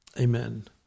Amen